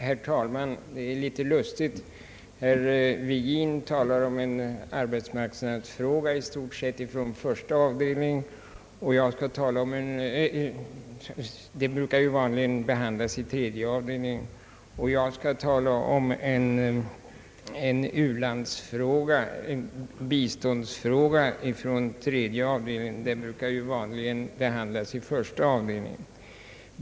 Herr talman! Det är litet lustigt att herr Virgin talat om något som i stort sett är en arbetsmarknadsfråga vilken behandlats av utskottets första avdelning — sådana frågor brukar ju behandlas i tredje avdelningen — medan jag skall tala om en biståndsfråga, behandlad av tredje avdelningen. Den sistnämnda sortens frågor behandlas ju vanligen i första avdelningen.